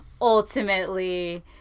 ultimately